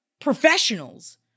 professionals